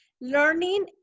learning